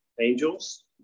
angels